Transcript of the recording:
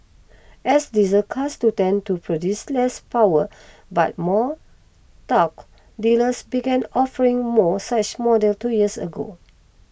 as diesel cars to tend to produce less power but more torque dealers began offering more such models two years ago